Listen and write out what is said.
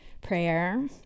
prayer